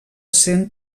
sent